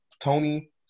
Tony